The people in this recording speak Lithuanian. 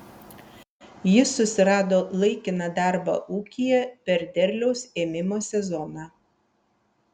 jis susirado laikiną darbą ūkyje per derliaus ėmimo sezoną